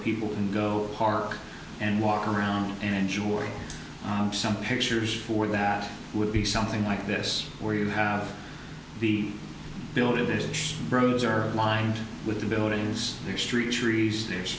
people can go park and walk around and enjoy some pictures for that would be something like this where you have the build of the roads are lined with the buildings they're street trees there